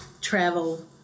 travel